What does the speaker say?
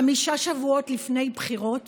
חמישה שבועות לפני בחירות